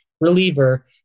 reliever